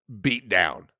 beatdown